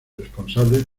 responsable